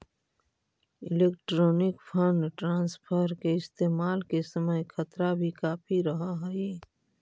electronic fund transfer के इस्तेमाल के समय खतरा भी काफी रहअ हई